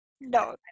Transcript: No